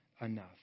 enough